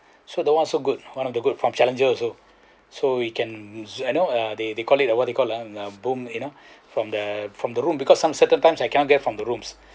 so the one also good one of the good from Challenger also so we can you know they they called it what they called ah boom you know from the from the room because some certain time I cannot get from the rooms